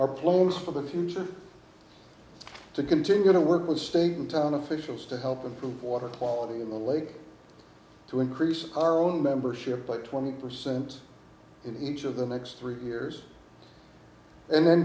plonks for the future to continue to work with state and town officials to help improve water quality in the lake to increase our own membership by twenty percent in each of the next three years and then